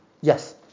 Yes